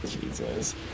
Jesus